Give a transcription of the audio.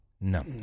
No